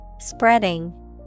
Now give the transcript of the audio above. Spreading